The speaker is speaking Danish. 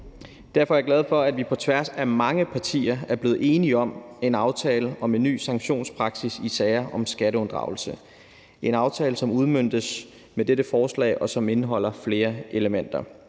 Derfor er jeg glad for, at vi på tværs af mange partier er blevet enige om en aftale om en ny sanktionspraksis i sager om skatteunddragelse. Det er en aftale, som udmøntes med dette forslag, og som indeholder flere elementer,